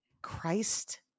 Christ